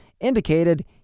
indicated